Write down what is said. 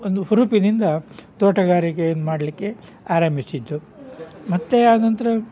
ಒಂದು ಹುರುಪಿನಿಂದ ತೋಟಗಾರಿಕೆಯನ್ನ ಮಾಡಲಿಕ್ಕೆ ಆರಂಭಿಸಿದ್ದು ಮತ್ತು ಆನಂತರ